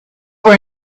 were